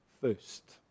first